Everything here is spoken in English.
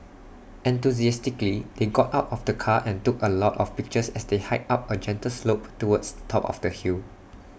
enthusiastically they got out of the car and took A lot of pictures as they hiked up A gentle slope towards the top of the hill